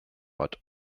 but